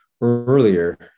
earlier